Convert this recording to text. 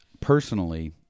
personally